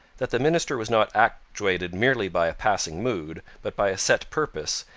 that the minister was not actuated merely by a passing mood, but by a set purpose,